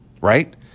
right